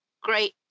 great